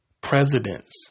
presidents